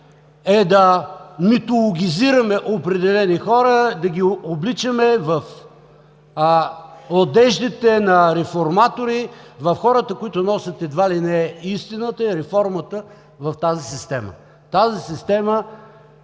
е да митологизираме определени хора, да ги обличаме в одеждите на реформатори, на хората, които носят едва ли не истината и реформата в тази система. Съдебната система